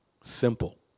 simple